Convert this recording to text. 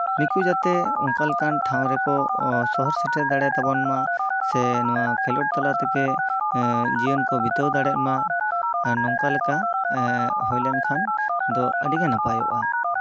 ᱱᱩᱠᱩ ᱡᱟᱛᱮ ᱚᱱᱠᱟ ᱞᱮᱠᱟᱱ ᱴᱷᱟᱶ ᱨᱮᱠᱚ ᱥᱚᱦᱚᱨ ᱥᱮᱴᱮᱨ ᱫᱟᱲᱮᱭ ᱛᱟᱵᱚᱱ ᱢᱟ ᱥᱮ ᱱᱚᱣᱟ ᱠᱷᱮᱞᱳᱰ ᱛᱟᱞᱟ ᱛᱮᱜᱮ ᱮᱜ ᱡᱤᱭᱚᱱ ᱠᱚ ᱵᱤᱛᱟᱹᱣ ᱫᱟᱲᱮᱭᱟᱜ ᱢᱟ ᱱᱚᱝᱠᱟ ᱞᱮᱠᱟ ᱮᱜ ᱦᱩᱭ ᱞᱮᱱᱠᱷᱟᱱ ᱫᱚ ᱟᱹᱰᱤᱜᱮ ᱱᱟᱯᱟᱭᱚᱜᱼᱟ